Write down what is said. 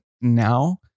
now